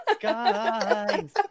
guys